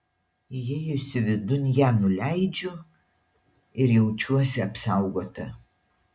įėjusi vidun ją nuleidžiu ir jaučiuosi apsaugota